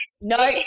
no